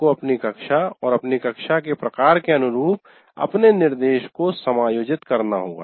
आपको अपनी कक्षा और अपनी कक्षा के प्रकार के अनुरूप अपने निर्देश को समायोजित करना होगा